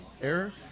error